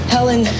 Helen